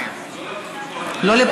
לא,